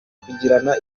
kugirana